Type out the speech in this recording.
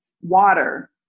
water